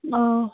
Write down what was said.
آ